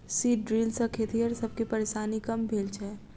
seed drill सॅ खेतिहर सब के परेशानी कम भेल छै